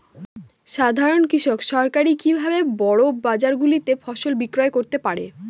সাধারন কৃষক সরাসরি কি ভাবে বড় বাজার গুলিতে ফসল বিক্রয় করতে পারে?